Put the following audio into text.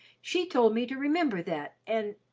she told me to remember that, and,